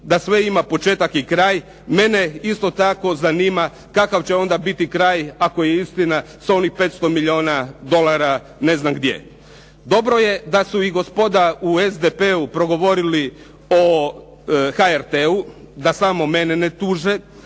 da sve ima početak i kraj. Mene isto tako zanima kakav će onda biti kraj ako je istina sa onih 500 milijuna dolara ne znam gdje. Dobro je da su i gospoda u SDP-u progovorili o HRT-u, da samo mene ne tuže.